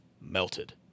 melted